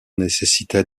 nécessitait